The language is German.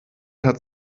hat